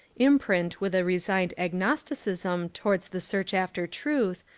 imprint with a resigned agnosticism towards the search after truth,